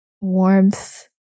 warmth